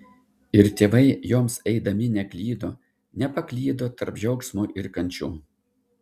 ir tėvai joms eidami neklydo nepaklydo tarp džiaugsmo ir kančių